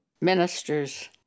ministers